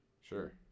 Sure